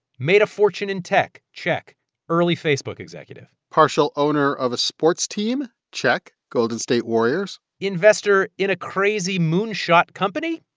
made a fortune in tech? check early facebook executive partial owner of a sports team? check golden state warriors investor in a crazy moon-shot company?